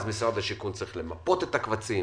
מדוע משרד השיכון צריך למפות את הקבצים